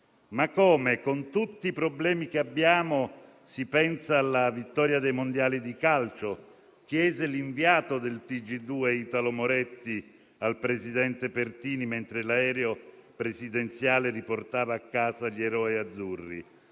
Ma come, con tutti i problemi che abbiamo si pensa alla vittoria dei Mondiali di calcio? Questo chiese l'inviato del TG2 Italo Moretti al presidente Pertini, mentre l'aereo presidenziale riportava a casa gli eroi azzurri.